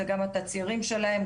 זה גם התצהירים שלהם.